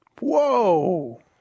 Whoa